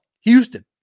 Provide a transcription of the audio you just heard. houston